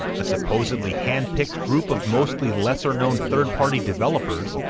a supposedly hand-picked group of mostly lesser-known third-party developers,